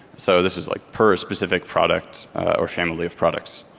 so this is like per a specific product or family of products.